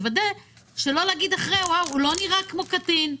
לוודא שלא להגיד אחרי: הוא לא נראה כמו קטין.